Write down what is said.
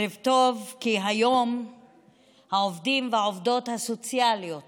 ערב טוב כי היום העובדים והעובדות הסוציאליות